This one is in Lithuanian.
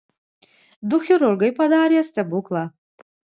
du chirurgai padarė stebuklą